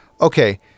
okay